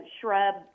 shrub